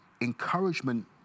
encouragement